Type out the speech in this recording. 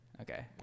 Okay